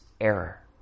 error